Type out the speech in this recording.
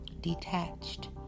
detached